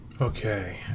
Okay